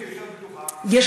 תחבורה ציבורית יותר בטוחה,